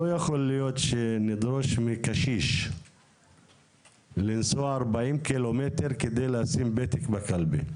לא יכול להיות שנדרוש מקשיש לנסוע 40 ק"מ כדי לשים פתק בקלפי,